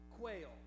Quail